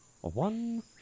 one